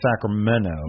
Sacramento